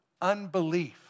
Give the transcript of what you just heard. unbelief